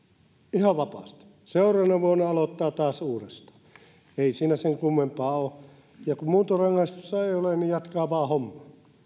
ihan vapaasti seuraavana vuonna aloittaa taas uudestaan ei siinä sen kummempaa ole ja kun muuntorangaistusta ei ole niin jatkaa vaan hommaa